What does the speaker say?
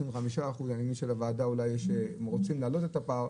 25%. אני מבין שהוועדה אולי רוצה להעלות את הפער.